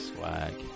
Swag